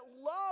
love